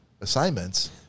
assignments